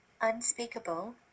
unspeakable